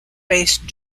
based